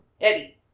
Eddie